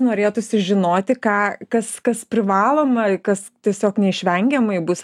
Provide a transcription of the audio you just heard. norėtųsi žinoti ką kas kas privaloma kas tiesiog neišvengiamai bus